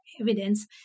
evidence